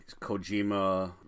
Kojima